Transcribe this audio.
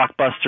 blockbuster